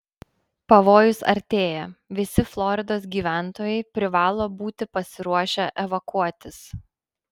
pavojus artėja visi floridos gyventojai privalo būti pasiruošę evakuotis